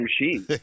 machine